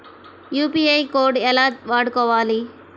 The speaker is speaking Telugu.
యూ.పీ.ఐ కోడ్ ఎలా వాడుకోవాలి?